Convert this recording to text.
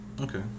Okay